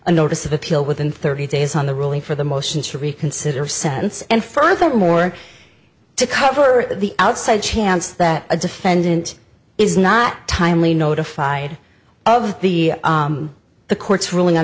a notice of appeal within thirty days on the ruling for the motion to reconsider sentence and furthermore to cover the outside chance that a defendant is not timely notified of the the court's ruling on